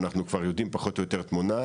אנחנו כבר יודעים פחות או יותר תמונה,